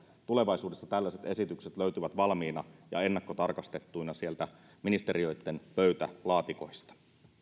tulevaisuudessa tällaiset esitykset löytyvät valmiina ja ennakkotarkastettuina sieltä ministeriöitten pöytälaatikoista